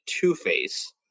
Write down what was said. Two-Face